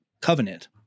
covenant